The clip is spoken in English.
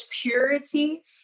purity